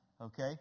okay